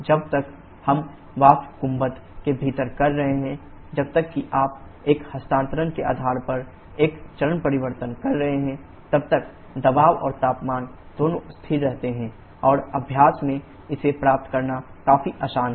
जब तक हम वाष्प गुंबद के भीतर कर रहे हैं जब तक कि आप एक हस्तांतरण के आधार पर एक चरण परिवर्तन कर रहे हैं तब तक दबाव और तापमान दोनों स्थिर रहते हैं और अभ्यास में इसे प्राप्त करना काफी आसान है